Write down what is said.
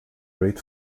great